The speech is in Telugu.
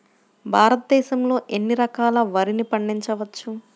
భారతదేశంలో ఎన్ని రకాల వరిని పండించవచ్చు